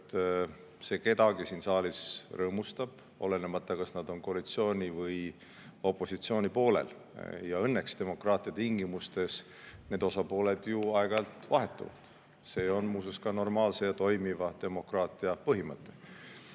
see kedagi siin saalis rõõmustab, olenemata, kas nad on koalitsiooni või opositsiooni poolel. Õnneks demokraatia tingimustes need osapooled ju aeg-ajalt vahetuvad. See on muuseas ka normaalse ja toimiva demokraatia põhimõte. Nüüd,